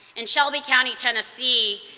in shelby county, tennessee,